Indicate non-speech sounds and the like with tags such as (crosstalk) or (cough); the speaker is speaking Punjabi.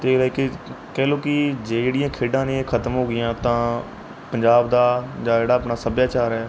ਅਤੇ (unintelligible) ਕਹਿ ਲਓ ਕਿ ਜਿਹੜੀਆਂ ਖੇਡਾਂ ਨੇ ਖਤਮ ਹੋ ਗਈਆਂ ਤਾਂ ਪੰਜਾਬ ਦਾ ਜਾਂ ਜਿਹੜਾ ਆਪਣਾ ਸੱਭਿਆਚਾਰ ਹੈ